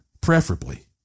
preferably